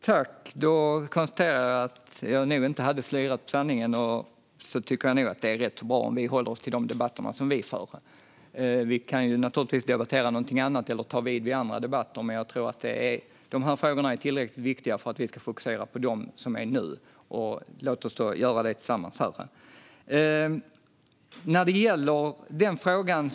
Fru talman! Jag konstaterar att jag nog inte hade slirat på sanningen och tycker att det vore bra om vi höll oss till de debatter som vi för här. Naturligtvis kan vi debattera något annat eller ta vid efter andra debatter, men jag tycker att dessa frågor är tillräckligt viktiga för att vi ska fokusera på dem nu. Låt oss göra det tillsammans.